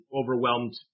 overwhelmed